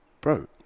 bro